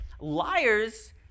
liars